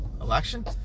Election